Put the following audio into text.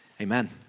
Amen